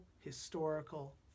historical